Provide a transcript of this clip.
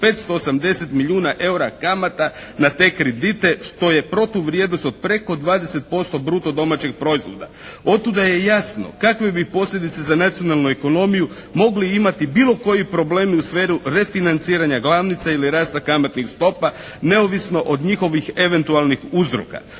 580 milijuna eura kamata na te kredite, što je protuvrijednost od preko 20% bruto domaće proizvoda. Od tuda je jasno kakve bi posljedice za nacionalnu ekonomiju mogli imati bilo koji problemi u sferi refinanciranja glavnice ili rasta kamatnih stopa neovisno od njihovih eventualnih uzorka.